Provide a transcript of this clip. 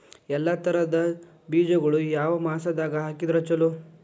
ಎಲ್ಲಾ ತರದ ಬೇಜಗೊಳು ಯಾವ ಮಾಸದಾಗ್ ಹಾಕಿದ್ರ ಛಲೋ?